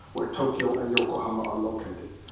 where tokyo and yokohama are located,